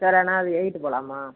sir ஆனால் அது எழுதிவிட்டு போகலாமா